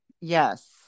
Yes